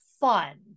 fun